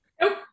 Nope